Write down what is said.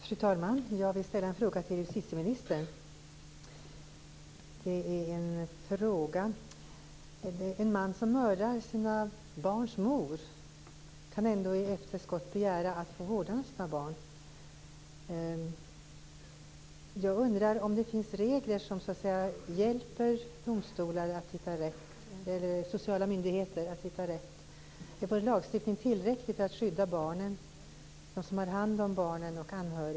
Fru talman! Jag vill ställa en fråga till justitieministern. En man som mördar sina barns mor kan ändå efteråt begära att få vårdnaden om sina barn. Jag undrar om det finns regler som hjälper sociala myndigheter att hitta rätt. Är vår lagstiftning tillräcklig för att skydda barnen, de som har hand om barnen och anhöriga?